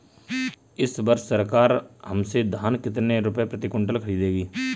इस वर्ष सरकार हमसे धान कितने रुपए प्रति क्विंटल खरीदेगी?